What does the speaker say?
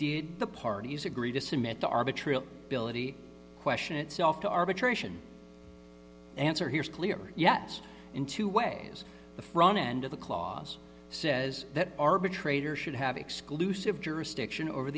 it the parties agree to submit to arbitrary question itself to arbitration answer here is clear yes in two ways the front end of the clause says that arbitrator should have exclusive jurisdiction over